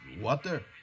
water